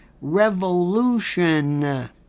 revolution